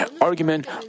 argument